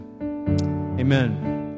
amen